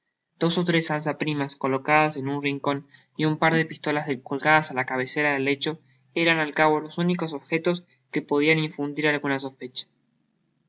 dos ó tres alza primas colocadas en un rincon y un par de pistolas colgadas á la cabecera del jecho eran al cabo los únicos objetos que podian infundir alguna sospecha